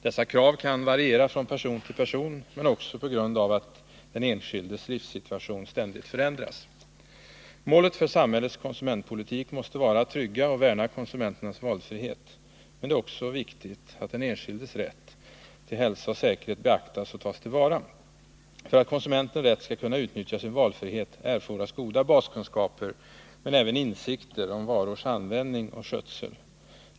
Dessa krav kan variera från person till person, men också på grund av att den enskildes livssituation ständigt förändras. Målet för samhällets konsumentpolitik måste vara att trygga och värna konsumenternas valfrihet. Men det är också viktigt att den enskildes rätt till hälsa och säkerhet beaktas och tas till vara. För att konsumenten rätt skall kunna utnyttja sin valfrihet erfordras goda baskunskaper, men även insikter om varors användning och skötsel.